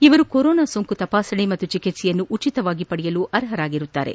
ಇವರು ಕೊರೋನಾ ಸೋಂಕು ತಪಾಸಣೆ ಮತ್ತು ಚಿಕಿಕ್ಲೆಯನ್ನು ಉಚಿತವಾಗಿ ಪಡೆಯಲು ಅರ್ಷರಾಗಿದ್ದಾರೆ